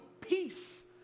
peace